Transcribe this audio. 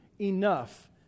enough